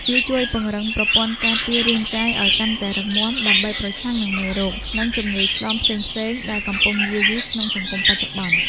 វាជួយពង្រឹងប្រព័ន្ធការពាររាងកាយឱ្យកាន់តែរឹងមាំ ដើម្បីប្រឆាំងនឹងមេរោគ និងជំងឺឆ្លងផ្សេងៗដែលកំពុងយាយីក្នុងសង្គមបច្ចុប្បន្ន។